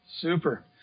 Super